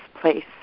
place